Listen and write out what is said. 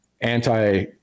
anti-